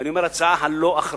ואני אומר: ההצעה הלא-אחראית,